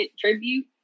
tribute